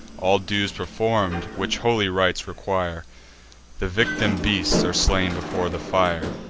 all dues perform'd which holy rites require the victim beasts are slain before the fire,